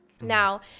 Now